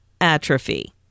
atrophy